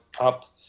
up